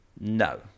No